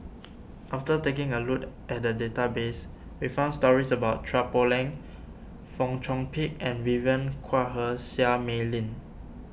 after taking a look at the database we found stories about Chua Poh Leng Fong Chong Pik and Vivien Quahe Seah Mei Lin